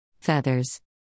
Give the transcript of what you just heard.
Feathers